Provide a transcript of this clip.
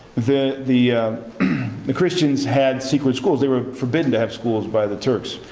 the the the christians had secret schools. they were forbidden to have schools by the turks.